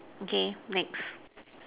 okay next